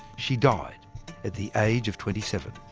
she died at the age of twenty seven.